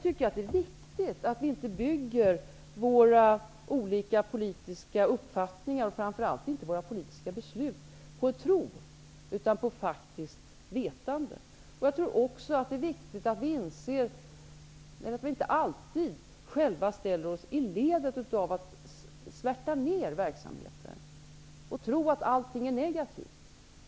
Det är viktigt att vi inte bygger våra olika politiska uppfattningar, och framför allt inte våra politiska beslut, på tro utan på faktiskt vetande. Det är också viktigt att inte alltid svärta ner verksamheter och tro att allting är negativt.